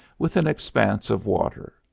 with an expanse of water,